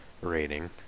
rating